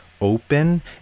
open